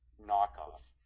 knockoff